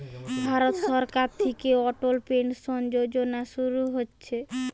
ভারত সরকার থিকে অটল পেনসন যোজনা শুরু হইছে